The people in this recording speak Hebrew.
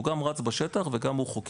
הוא גם רץ בשטח והוא גם חוקר,